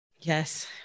Yes